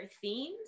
themes